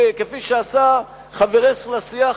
כפי שעשה חברך לסיעה,